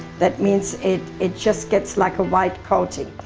that means it it just gets like a white coating,